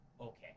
okay